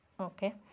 Okay